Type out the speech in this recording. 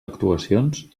actuacions